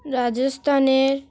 রাজস্থানের